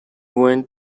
went